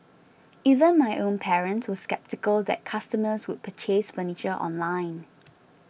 even my own parents were sceptical that customers would purchase furniture online